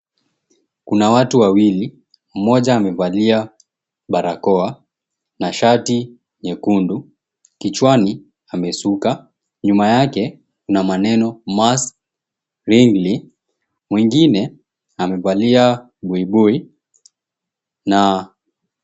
Kuna watu wawili. Mmoja amevalia barakoa na shati nyekundu, kichwani amesuka. Nyuma yake kuna maneno, 'Mars Wrigley'. Mwingine amevalia buibui na...